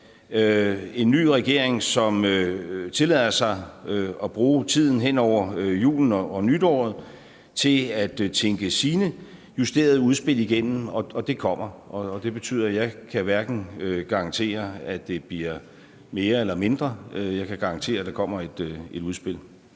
en ny regering, som tillader sig at bruge tiden hen over julen og nytåret til at tænke sine justerede udspil igennem, og det kommer. Og det betyder, at jeg hverken kan garantere, at det bliver mere eller mindre. Jeg kan garantere, at der kommer et udspil.